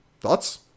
Thoughts